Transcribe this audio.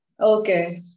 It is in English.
Okay